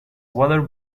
water